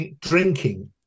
drinking